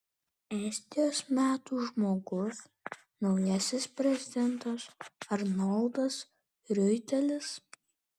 estijos metų žmogus naujasis prezidentas arnoldas riuitelis